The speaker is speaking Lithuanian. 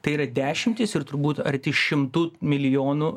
tai yra dešimtys ir turbūt arti šimtų milijonų